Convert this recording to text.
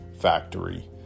factory